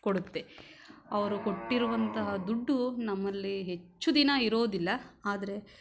ಕೊಡುತ್ತೆ ಅವರು ಕೊಟ್ಟಿರುವಂತಹ ದುಡ್ಡು ನಮ್ಮಲ್ಲಿ ಹೆಚ್ಚು ದಿನ ಇರೋದಿಲ್ಲ ಆದರೆ